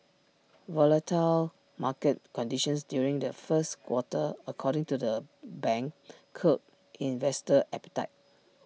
volatile market conditions during the first quarter according to the bank curbed investor appetite